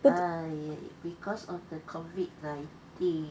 but because of the convict line